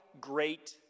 great